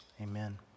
Amen